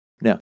Now